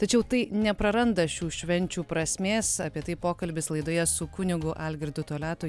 tačiau tai nepraranda šių švenčių prasmės apie tai pokalbis laidoje su kunigu algirdu toliatu